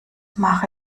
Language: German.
mache